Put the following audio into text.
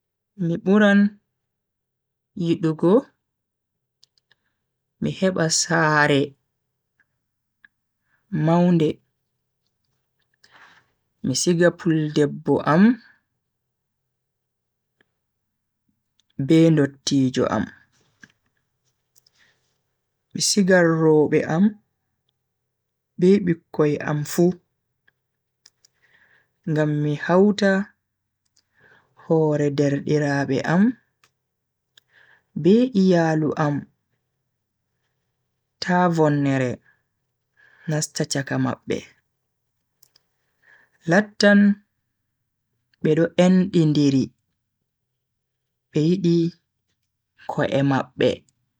Mi buran yidugo mi heba sare maunde. mi siga puldebbo am be ndottijo am. mi sigan robe am be bikkoi am fu. ngam mi hauta hore derdiraabe am be iyaalu am ta vonnere nasta chaka mabbe. lattan be do endindiri be yidi ko'e mabbe.